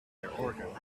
near